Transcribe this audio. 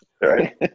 Right